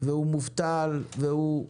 והוא מובטל,